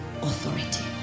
authority